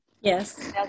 Yes